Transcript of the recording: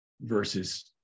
versus